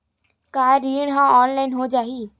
का ऋण ह ऑनलाइन हो जाही?